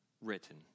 written